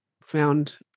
found